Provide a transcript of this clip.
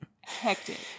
Hectic